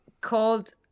called